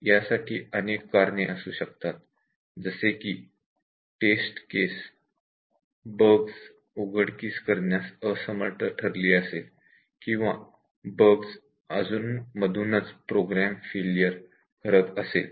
यासाठी अनेक कारणे असू शकतात जसे की टेस्ट केस बग्स उघडकीस आणण्यात असमर्थ ठरली असेल किंवा बग्स अधुनमधून प्रोग्राम फेलियर करत असेल